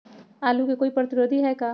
आलू के कोई प्रतिरोधी है का?